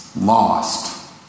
lost